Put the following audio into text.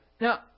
Now